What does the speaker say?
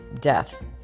death